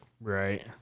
right